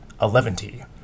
Eleventy